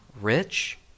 rich